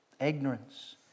ignorance